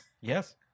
Yes